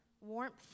warmth